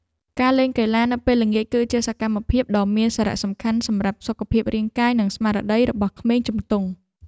ការលេងកីឡានៅពេលល្ងាចគឺជាសកម្មភាពដ៏មានសារៈសំខាន់សម្រាប់សុខភាពរាងកាយនិងស្មារតីរបស់ក្មេងជំទង់។